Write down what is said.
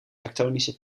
tektonische